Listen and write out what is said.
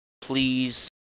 please